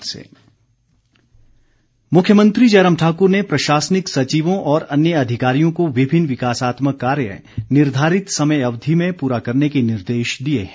मुख्यमंत्री मुख्यमंत्री जयराम ठाकुर ने प्रशासनिक सचिवों और अन्य अधिकारियों को विभिन्न विकासात्मक कार्य निर्धारित समय अवधि में पूरा करने के निर्देश दिए हैं